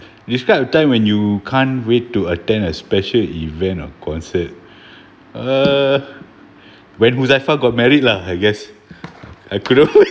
describe a time when you can't wait to attend a special event or concert uh when huzaifal got married lah I guess I could've